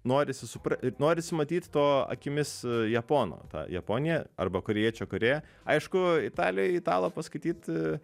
norisi supra norisi matyt to akimis japono tą japoniją arba korėjiečio korėją aišku italijoj italą paskaityt